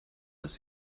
das